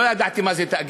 לא ידעתי מה זה תאגיד.